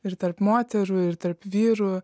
ir tarp moterų ir tarp vyrų